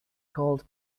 called